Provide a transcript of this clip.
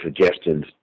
suggestions